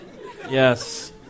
Yes